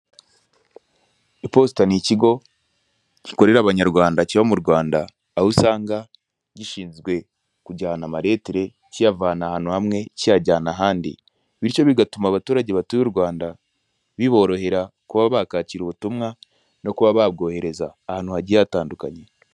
Iposita ni ikigo gikorera abanyarwanda kiba mu Rwanda, aho usanga gishinzwe kujyana amaletire kiyavana ahantu hamwe kiyajyana ahandi; bityo bigatuma abaturage batuye u Rwanda, biborohera kuba bakwakira ubutumwa no kuba babwohereza ahantu hagiye hatandukanye.